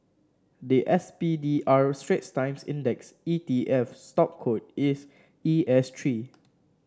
the S P D R Straits Times Index E T F stock code is E S three